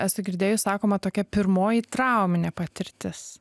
esu girdėjus sakoma tokia pirmoji trauminė patirtis